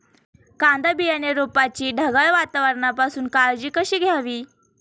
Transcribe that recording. कांदा बियाणे रोपाची ढगाळ वातावरणापासून काळजी कशी घ्यावी?